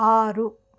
ఆరు